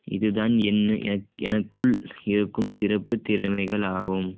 இதுதான் என் எனக்குள் இருக்கும் சிறப்பு திறமைகளாகும்